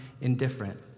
indifferent